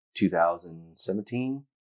2017